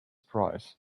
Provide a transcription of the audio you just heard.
price